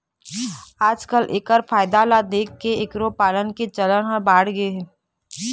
आजकाल एखर फायदा ल देखके एखरो पालन के चलन ह बाढ़गे हे